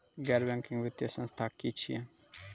गैर बैंकिंग वित्तीय संस्था की छियै?